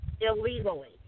illegally